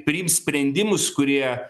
priims sprendimus kurie